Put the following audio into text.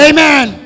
Amen